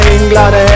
England